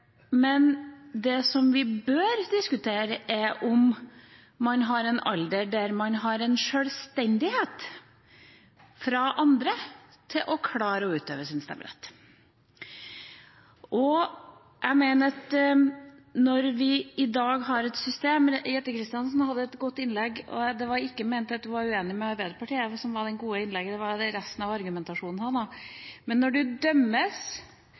Det vi bør diskutere, er om man har en alder der man har en sjølstendighet overfor andre når det gjelder å klare å utøve sin stemmerett. Jette Christensen holdt et godt innlegg, og da mener jeg ikke at det var det at hun var uenig med Arbeiderpartiet som var det gode i innlegget, det var resten av argumentasjonen hun hadde: Man kan dømmes ut fra en lov, men